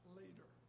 later